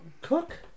cook